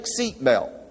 seatbelt